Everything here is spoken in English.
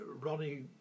Ronnie